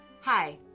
Hi